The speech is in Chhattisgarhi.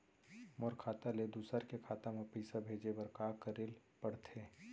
मोर खाता ले दूसर के खाता म पइसा भेजे बर का करेल पढ़थे?